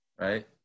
right